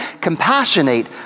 compassionate